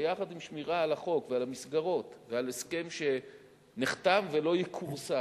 ביחד עם שמירה על החוק ועל המסגרות ועל הסכם שנחתם ולא יכורסם,